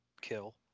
kill